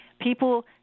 people